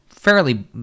fairly